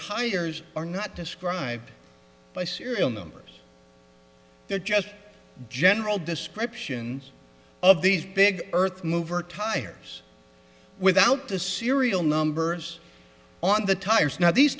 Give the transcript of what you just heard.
tires are not described by serial numbers they're just general description of these big earth mover tires without the serial numbers on the tires now these